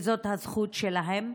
וזאת הזכות שלהם,